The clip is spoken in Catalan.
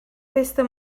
festa